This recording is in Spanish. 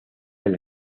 del